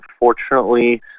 unfortunately